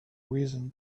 reason